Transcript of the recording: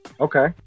okay